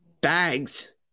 bags